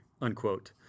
unquote